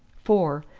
for,